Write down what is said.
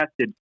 tested